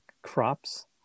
crops